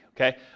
Okay